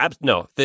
no